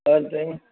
हा चए